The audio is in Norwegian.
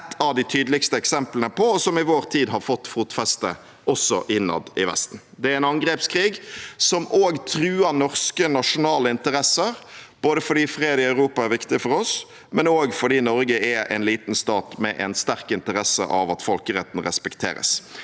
er et av de tydeligste eksemplene på, og som i vår tid har fått fotfeste også innad i Vesten. Det er en angrepskrig som også truer norske nasjonale interesser, både fordi fred i Europa er viktig for oss, og fordi Norge er en liten stat med sterk interesse av at folkeretten må respekteres.